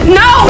no